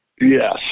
Yes